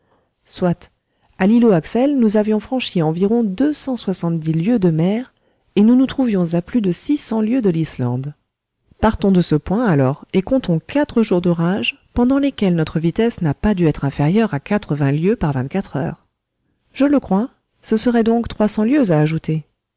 soit a l'îlot axel nous avions franchi environ deux cent soixante-dix lieues de mer et nous nous trouvions à plus de six cents lieues de l'islande bien partons de ce point alors et comptons quatre jours d'orage pendant lesquels notre vitesse n'a pas dû être inférieure à quatre-vingts lieues par vingt-quatre heures je le crois ce serait donc trois cents lieues à ajouter